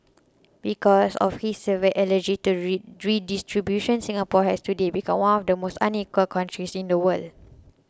because of his severe allergy to redistribution Singapore has today become one of the most unequal countries in the world